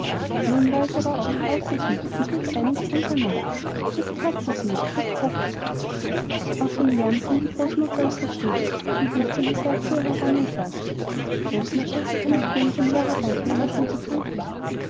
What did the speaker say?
nun war es aber auch wie außer sich und rief einmal ums andere jetzt hast du sie jetzt hast du sie auf den lärm kam die großmutter aus der stube und rico ging gleich zu ihr heran und sagte großmutter kann ich gehen und dem lehrer danken wenn er schon krank ist